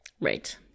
Right